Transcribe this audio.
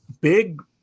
big